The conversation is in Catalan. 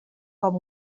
com